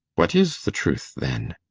what is the truth, then?